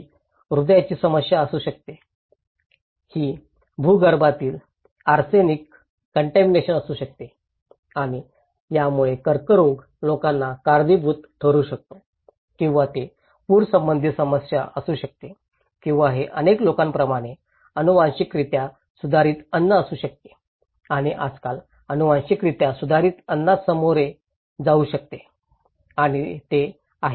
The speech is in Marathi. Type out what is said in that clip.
ही हृदयाची समस्या असू शकते ही भूगर्भातील आर्सेनिक कन्टामिनेशन असू शकते आणि यामुळे कर्करोग लोकांना कारणीभूत ठरू शकतो किंवा ते पूर संबंधित समस्या असू शकते किंवा हे अनेक लोकांप्रमाणे आनुवंशिकरित्या सुधारित अन्न असू शकते आणि आजकाल अनुवांशिकरित्या सुधारित अन्नास सामोरे जाऊ शकते आणि ते आहेत